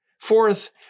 Fourth